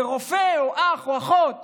ורופא או אח או אחות